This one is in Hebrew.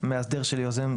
מאסדר של יוזם תשלום,